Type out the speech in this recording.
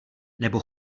nebo